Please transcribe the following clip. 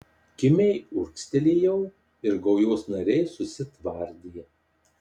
kimiai urgztelėjau ir gaujos nariai susitvardė